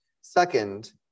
Second